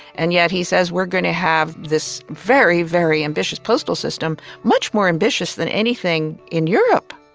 and yet he says, we're going to have this very, very ambitious postal system, much more ambitious than anything in europe'.